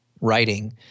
writing